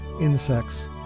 insects